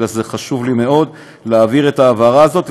חשוב לי מאוד להבהיר את ההבהרה הזאת,